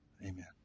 Amen